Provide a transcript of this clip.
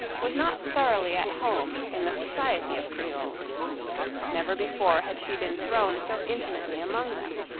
was not thoroughly at home in the society of creoles never before had she been thrown so intimately among them.